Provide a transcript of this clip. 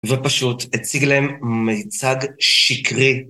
ופשוט הציג להם מייצג שקרי.